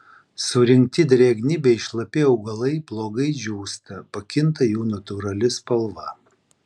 surinkti drėgni bei šlapi augalai blogai džiūsta pakinta jų natūrali spalva